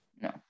No